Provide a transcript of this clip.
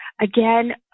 Again